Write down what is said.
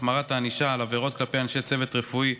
החמרת הענישה על עבירות כלפי אנשי צוות רפואי),